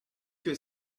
que